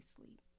sleep